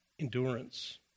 Endurance